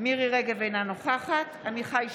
מירי מרים רגב, אינה נוכחת עמיחי שיקלי,